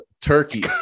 turkey